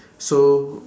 so